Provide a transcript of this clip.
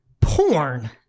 porn